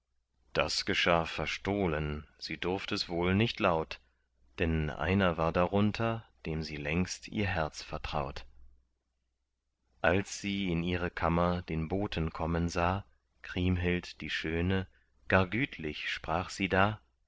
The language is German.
das geschah verstohlen sie durft es wohl nicht laut denn einer war darunter dem sie längst ihr herz vertraut als sie in ihre kammer den boten kommen sah kriemhild die schöne gar gütlich sprach sie da